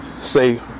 say